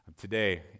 Today